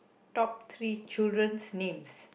top three children's names